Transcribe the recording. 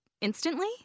instantly